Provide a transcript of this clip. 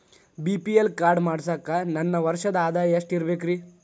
BPL card ಮಾಡ್ಸಾಕ ನನ್ನ ವರ್ಷದ್ ಆದಾಯ ಎಷ್ಟ ಇರಬೇಕ್ರಿ?